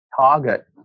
target